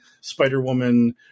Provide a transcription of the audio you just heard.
Spider-Woman